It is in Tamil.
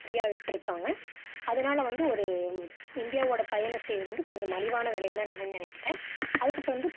ஃப்ரீயா விட்டிருக்காங்க அதனால் வந்து ஒரு இந்தியாவோட பயண சேவை வந்து கொஞ்சம் மலிவான விலைன்னுதான் நான் நினைக்கிறேன் அதுக்கப்புறம் வந்து